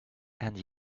and